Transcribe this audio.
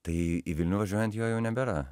tai į vilnių važiuojant jo jau nebėra